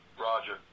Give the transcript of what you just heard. Roger